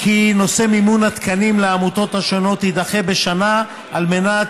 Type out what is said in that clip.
כי נושא מימון התקנים לעמותות השונות יידחה בשנה על מנת